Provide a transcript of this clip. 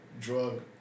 drug